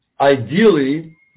Ideally